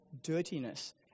dirtiness